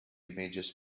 images